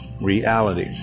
reality